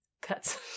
Cuts